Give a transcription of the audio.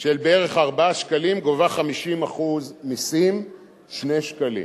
של בערך 4 שקלים, גובה 50% מסים, 2 שקלים.